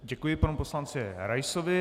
Děkuji panu poslanci Raisovi.